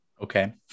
Okay